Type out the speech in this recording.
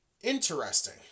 interesting